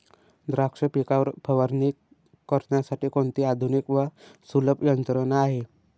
द्राक्ष पिकावर फवारणी करण्यासाठी कोणती आधुनिक व सुलभ यंत्रणा आहे?